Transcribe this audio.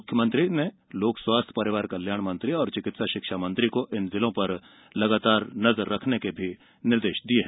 मुख्यमंत्री ने लोक स्वास्थ्य परिवार कल्याण मंत्री और चिकित्सा शिक्षा मंत्री को इन जिलों पर लगातार नजर रखने के निर्देश भी दिए हैं